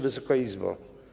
Wysoka Izbo!